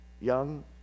young